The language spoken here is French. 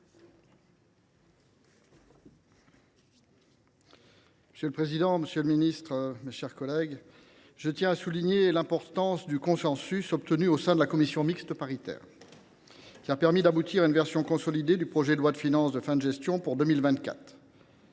Monsieur le président, monsieur le ministre, mes chers collègues, je tiens à souligner l’importance du compromis obtenu en commission mixte paritaire, qui a permis d’aboutir à une version consolidée du projet de loi de finances de fin de gestion pour 2024.